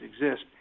exist